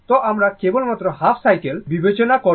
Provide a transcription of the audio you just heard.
তো আমরা কেবল মাত্র হাফ সাইকেল বিবেচনা করব